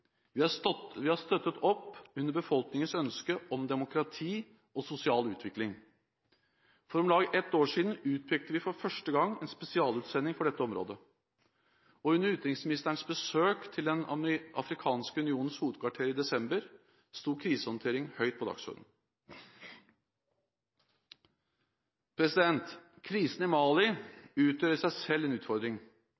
Vi har støttet opp under befolkningens ønske om demokrati og sosial utvikling. For om lag ett år siden utpekte vi for første gang en spesialutsending for dette området, og under utenriksministerens besøk til Den afrikanske unions hovedkvarter i desember sto krisehåndtering høyt på dagsordenen. Krisen i Mali